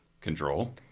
Control